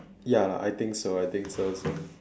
ya lah I think so I think so also